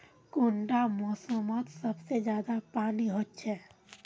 कुंडा मोसमोत सबसे ज्यादा पानी होचे?